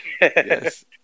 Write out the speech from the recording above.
Yes